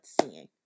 seeing